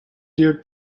dear